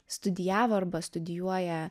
studijavo arba studijuoja